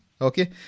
Okay